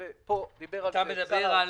הדבר הזה